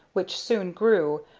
which soon grew,